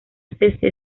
cese